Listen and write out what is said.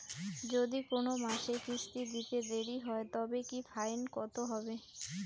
যদি কোন মাসে কিস্তি দিতে দেরি হয় তবে কি ফাইন কতহবে?